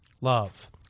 love